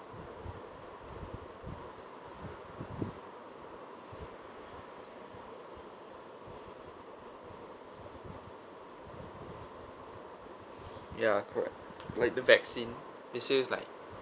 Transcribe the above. ya correct like the vaccine it seems like